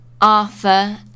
arthur